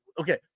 okay